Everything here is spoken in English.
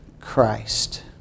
Christ